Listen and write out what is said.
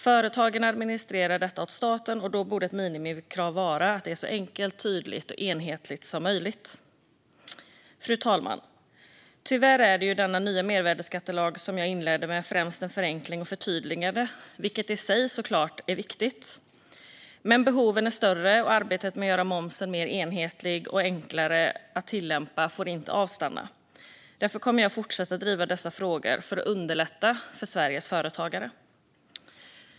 Företagen administrerar detta åt staten, och då borde ett minimikrav vara att det är så enkelt, tydligt och enhetligt som möjligt. Fru talman! Tyvärr är den nya mervärdesskattelagen främst en förenkling och ett förtydligande, vilket i sig givetvis är viktigt. Men behoven är större, och arbetet med att göra momsen mer enhetlig och enklare att tillämpa får inte avstanna. Därför kommer jag att fortsätta driva dessa frågor för att underlätta för Sveriges företagare.